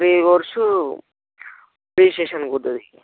three crores రిజిస్ట్రేషన్కి పోతుంది